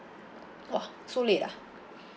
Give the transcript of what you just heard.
!wah! so late ah